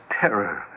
terror